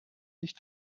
nicht